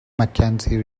mackenzie